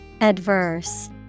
Adverse